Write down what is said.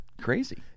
crazy